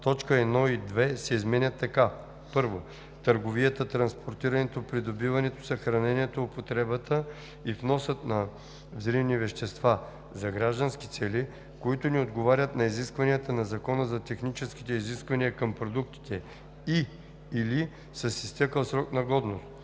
точки 1 и 2 се изменят така: „1. търговията, транспортирането, придобиването, съхранението, употребата и вносът на взривни вещества за граждански цели, които не отговарят на изискванията на Закона за техническите изисквания към продуктите и/или са с изтекъл срок на годност;